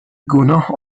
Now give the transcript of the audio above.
گناه